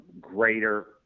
greater